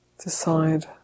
decide